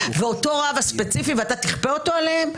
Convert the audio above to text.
ואותו רב ספציפי תכפה אותו עליהם,